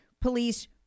police